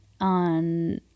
on